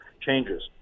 changes